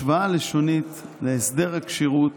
השוואה לשונית להסדר הכשירות